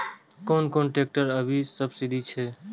कोन कोन ट्रेक्टर अभी सब्सीडी छै?